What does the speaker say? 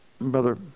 brother